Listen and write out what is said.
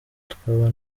twaba